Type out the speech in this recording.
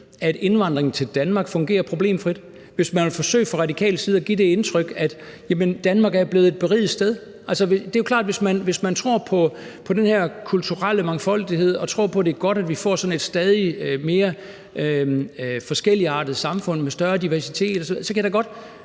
at indvandringen til Danmark fungerer problemfrit – hvis man vil forsøge fra Radikales side at give det indtryk, at Danmark er blevet et beriget sted. Det er jo klart, at hvis man tror på den her kulturelle mangfoldighed og tror på, at det er godt, at vi får sådan et stadigt mere forskelligartet samfund med større diversitet osv., synes man